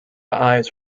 eyes